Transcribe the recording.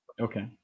Okay